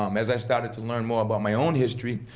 um as i started to learn more about my own history,